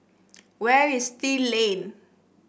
where is Still Lane